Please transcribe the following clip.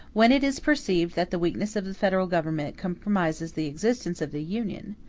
when it is perceived that the weakness of the federal government compromises the existence of the union,